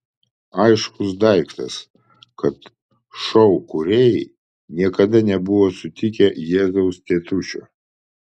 aiškus daiktas kad šou kūrėjai niekada nebuvo sutikę jėzaus tėtušio